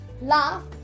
laugh